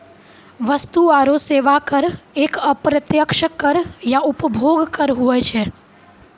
वस्तु आरो सेवा कर एक अप्रत्यक्ष कर या उपभोग कर हुवै छै